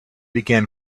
began